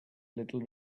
little